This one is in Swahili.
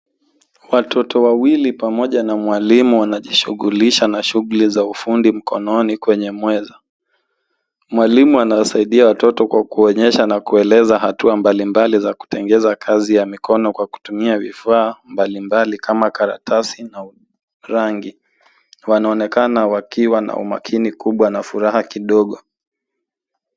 Watoto wawili pamoja na mwalimu wanajishughulisha na shughuli za ufundi mkononi kwenye meza. Mwalimu anawasaidia watoto kwa kuwaonyesha na kueleza hatua mbalimbali za kutengeza kazi ya mikono kwa kutumia vifaa mbalimbali kama karatasi na rangi. Wanaonekana wakiwa na umakini kubwa na furaha kidogo.